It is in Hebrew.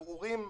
לגבי ערעורים,